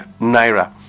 naira